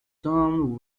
town